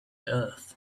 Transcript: earth